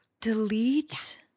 Delete